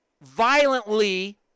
violently